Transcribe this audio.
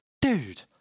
Dude